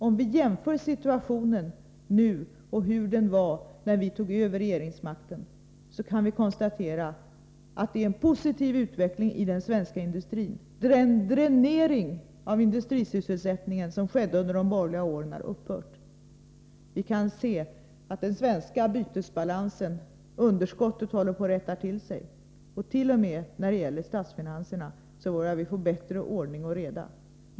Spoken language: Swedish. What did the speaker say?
Om vi jämför situationen nu med den som rådde när vi tog över regeringsmakten kan vi konstatera att det är en positiv utveckling i den svenska industrin. Den dränering av industrisysselsättningen som skedde under de borgerliga åren har upphört. Vi kan se att underskottet i den svenska bytesbalansen har börjat att rätta till sig. T. o. m. när det gäller statsfinanserna börjar vi få bättre ordning och reda.